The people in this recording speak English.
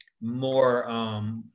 more